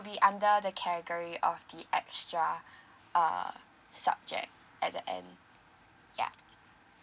be the under the category of the extra err subject at the end ya